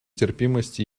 терпимость